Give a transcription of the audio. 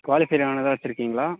qualifier ஆனதாக வச்சுருக்கீங்களா